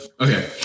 okay